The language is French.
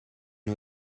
une